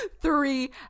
three